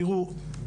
תיראו,